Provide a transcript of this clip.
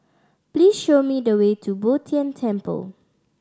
please show me the way to Bo Tien Temple